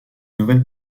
nouvelle